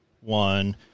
one